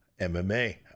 MMA